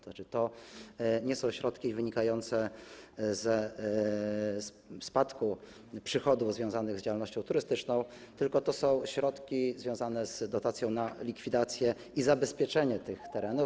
Tzn. to nie są środki wynikające ze spadku przychodów związanych z działalnością turystyczną, tylko to są środki związane z dotacją na likwidację i zabezpieczenie tych terenów.